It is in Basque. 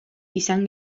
izan